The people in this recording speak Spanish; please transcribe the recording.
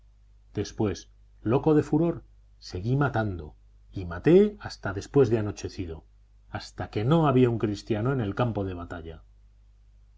después loco de furor seguí matando y maté hasta después de anochecido hasta que no había un cristiano en el campo de batalla